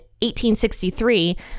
1863